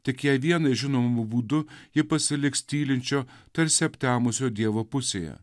tik jai vienai žinomu būdu ji pasiliks tylinčio tarsi aptemusio dievo pusėje